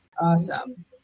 Awesome